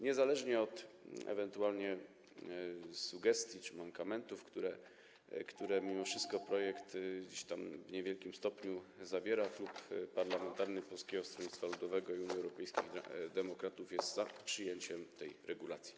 Niezależnie od ewentualnych sugestii czy mankamentów, które mimo wszystko projekt gdzieś tam w niewielkim stopniu zawiera, Klub Poselski Polskiego Stronnictwa Ludowego - Unii Europejskich Demokratów jest za przyjęciem tej regulacji.